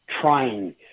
trying